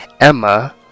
Emma